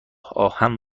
آهن